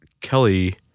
Kelly